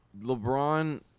lebron